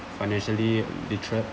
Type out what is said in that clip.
financially literate